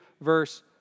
verse